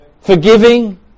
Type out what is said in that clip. forgiving